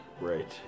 Right